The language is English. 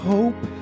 Hope